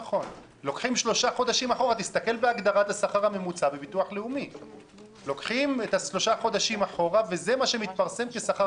לוקחים שלושה חודשים אחורה, וזה מה שמתפרסם כשכר